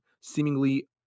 seemingly